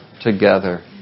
together